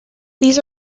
these